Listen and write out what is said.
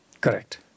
Correct